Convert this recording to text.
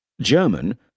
German